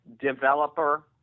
developer